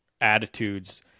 attitudes